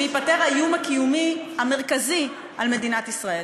וייפתר האיום הקיומי המרכזי על מדינת ישראל.